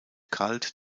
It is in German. kalt